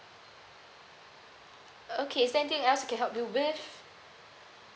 okay is there anything else I can help you with